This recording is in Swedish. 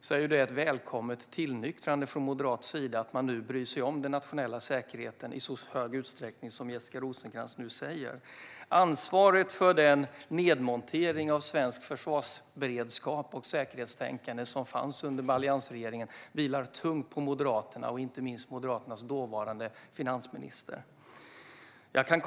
Det är alltså ett välkommet tillnyktrande från moderat sida att man bryr sig om den nationella säkerheten i så stor utsträckning som Jessica Rosencrantz nu säger. Ansvaret för den nedmontering av svensk försvarsberedskap och säkerhetstänkandet som skedde under alliansregeringen vilar tungt på Moderaterna, inte minst på Moderaternas dåvarande finansminister.